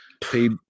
paid